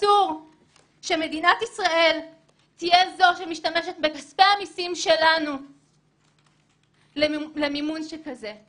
אסור שמדינת ישראל תהיה זו שמשתמשת בכספי המיסים שלנו למימון שכזה.